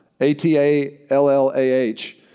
A-T-A-L-L-A-H